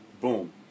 Boom